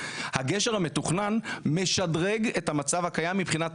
הגשר המתוכנן משדרג את המצב הקיים מבחינת